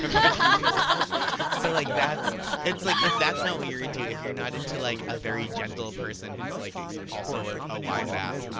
ah like it's like if that's not what you're into, if you're not into like a very gentle person who's like also a wise ass,